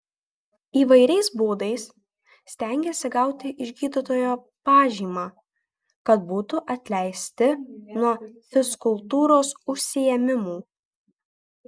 įvairiais būdais stengiasi gauti iš gydytojo pažymą kad būtų atleisti nuo fizkultūros užsiėmimų